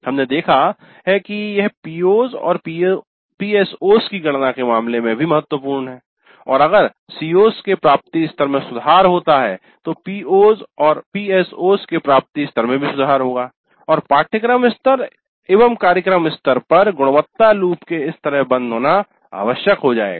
हमने देखा है कि यह PO's और PSO's की गणना के मामले में भी महत्वपूर्ण है और अगर CO's के प्राप्ति स्तर में सुधार होता है तो PO's और PSO's के प्राप्ति स्तर में भी सुधार होगा और पाठ्यक्रम स्तर एवं कार्यक्रम स्तर पर गुणवत्ता लूप के इस तरह बंद होना आवश्यक हो जाएगा